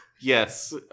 Yes